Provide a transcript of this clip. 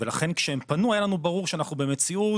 ולכן כשהם פנו היה לנו ברור שאנחנו במציאות